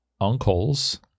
uncles